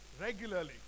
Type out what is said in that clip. regularly